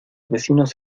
vecinos